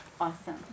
Awesome